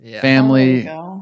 Family